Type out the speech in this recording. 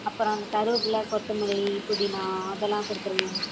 அப்புறம் கருவப்பில்லை கொத்தமல்லி புதினா அதெல்லாம் கொடுத்துருங்க